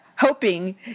hoping